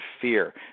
fear